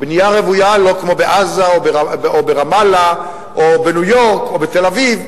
בנייה רוויה לא כמו בעזה או ברמאללה או בניו-יורק או בתל-אביב,